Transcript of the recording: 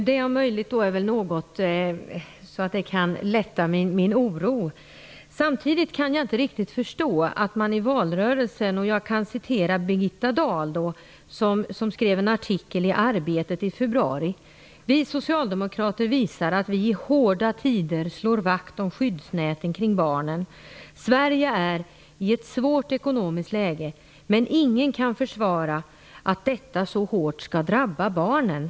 Herr talman! Det kan möjligtvis lätta min oro. Jag vill citera ur en artikel som Birgitta Dahl skrev i tidningen Arbetet i februari: "Vi socialdemokrater visar att vi i hårda tider slår vakt om skyddsnäten kring barnen. Sverige är i ett svårt ekonomiskt läge. Men ingen kan försvara att detta så hårt ska drabba barnen."